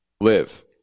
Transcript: live